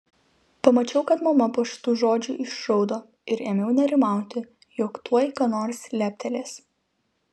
pamačiau kad mama po šitų žodžių išraudo ir ėmiau nerimauti jog tuoj ką nors leptelės